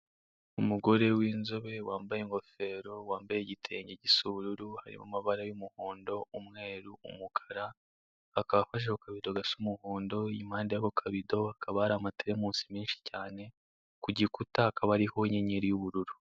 Umugore w'inzobe wambaye ingoferi wambaye igitenge gisa ubururu ari mu mabara y'umuhondo, umweru umukara, akaba afashe ku kavido gasa umuhondo impande y'ayo mavido khakaba hari amateremusi menshi cyane ku gikuta hakaba hariho inynyeri y'ubururu.